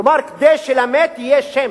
כלומר כדי שלמת יהיה שם,